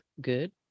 good